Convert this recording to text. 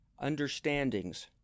understandings